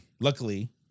luckily